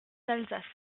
d’alsace